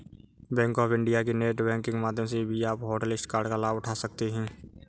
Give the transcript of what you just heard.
bank of India के net banking माध्यम से भी आप हॉटलिस्ट कार्ड का लाभ उठा सकते हैं